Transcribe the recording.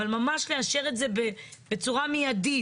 אבל ממש לאשר את זה בצורה מיידית,